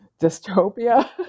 dystopia